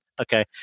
okay